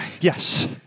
Yes